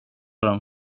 dem